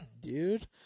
dude